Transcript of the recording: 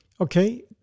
okay